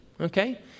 okay